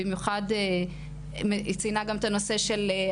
במיוחד היא ציינה גם את הנושא של,